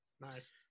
Nice